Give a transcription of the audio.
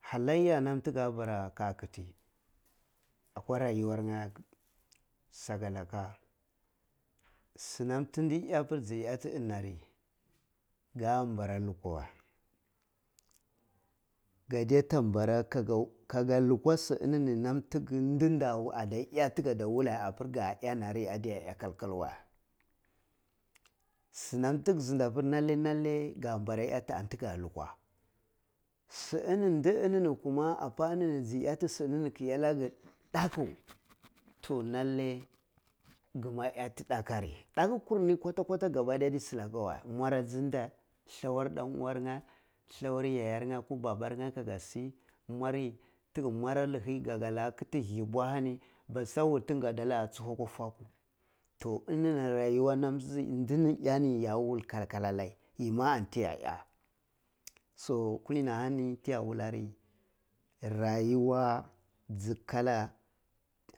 Hallaya nam ti ga bana aga kiti akwa rayuwar nga bara lukwa weh ga dai tu nbana kaga kaga lu kwa si inini nam ti diki dinda ada yawe dika ta wulla apir ga iya nari ade yak al-kal we sinam ti gi sindi apir lalle-lalle ga nbwa iyati an ti ga lukwa simi ni kuma inlni kuma apa ji iyati si ini ki iya lake ndaku toh lalle gima iyati dakur ah ri dakur kur ni kwuta kwota kabadaga adi silaka wog mur mana ji nde, lathwar dan uwar nje, lathwar yayr nye ko babur nye ka ga si mwari ti gi liha kitin hibu ahani basa wul tin ye ada tsuhwe akwa fakwu toh inini reyuwa nam dini iya ni kal-kal ah nai yima an tiya iya so kur linl ahani ti ya wullari rayuwa ji kalla